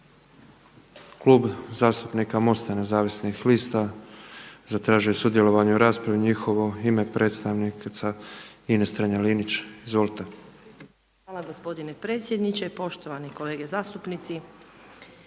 Hvala gospodine predsjedniče. Poštovani kolege zastupnici